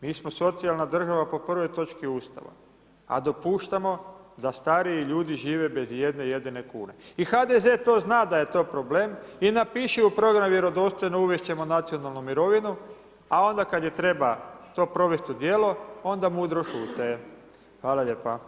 Mi smo socijalna država po prvoj točki Ustava, a dopuštamo da stariji ljudi žive bez ijedne jedine kune i to HDZ zna da je to problem i napiše u program vjerodostojno uvesti ćemo nacionalnu mirovinu, a onda kada treba to provesti u djelo, onda mudro šute, hvala lijepa.